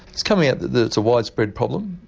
it's coming out that it's a widespread problem.